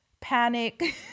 panic